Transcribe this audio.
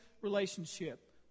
relationship